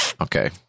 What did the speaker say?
Okay